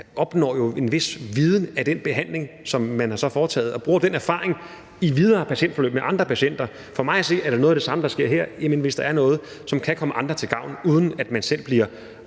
opnår jo en vis viden fra den behandling, som man så har foretaget, og lægen bruger den erfaring videre i patientforløb med andre patienter. For mig at se er det noget af det samme, der sker her, i forhold til hvis der er noget, som kan komme andre til gavn, uden at man selv bliver